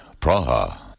Praha